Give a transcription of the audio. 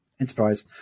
enterprise